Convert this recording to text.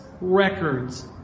records